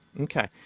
okay